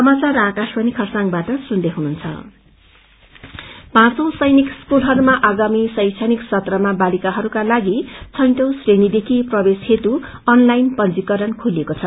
सैनिक स्कूल पाँचौ सैनिक स्कूलहरूमा आगामी शैक्षाणिक सत्रमा बालिकाहरूका लागि छैटौं श्रेणीदेखि प्रवेश हेतु अनाई पंजीकरण खोलिएको छ